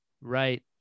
Right